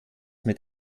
mit